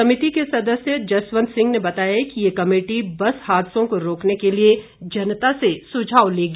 समिति के सदस्य जसवंत सिंह ने बताया कि ये कमेटी बस हादसों को रोकने के लिए जनता से सुझाव लेगी